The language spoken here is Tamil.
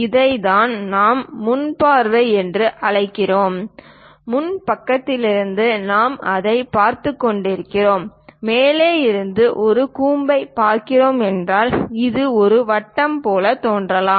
இதைத்தான் நாம் முன் பார்வை என்று அழைக்கிறோம் முன் பக்கத்திலிருந்து நாங்கள் அதைப் பார்த்துக் கொண்டிருக்கிறோம் மேலே இருந்து ஒரு கூம்பைப் பார்க்கிறோம் என்றால் அது ஒரு வட்டம் போல் தோன்றலாம்